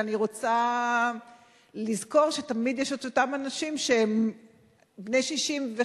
ואני רוצה לזכור שתמיד יש אותם אנשים שהם בני 60,